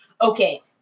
okay